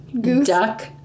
Duck